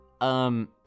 Um